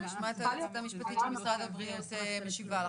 אנחנו נשמע את היועצת המשפטית של משרד הבריאות משיבה לך,